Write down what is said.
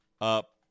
up